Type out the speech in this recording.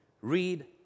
read